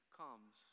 comes